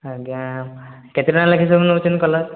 ଆଜ୍ଞା କେତେ ଟଙ୍କା ଲେଖେ ନେଉଛନ୍ତି କଲର